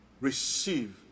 Receive